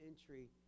entry